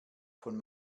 von